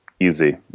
easy